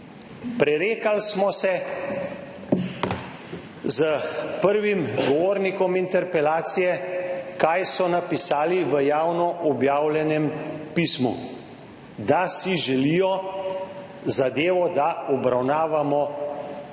Prerekali smo se s prvim govornikom interpelacije, kaj so napisali v javno objavljenem pismu, da si želijo, da zadevo obravnavamo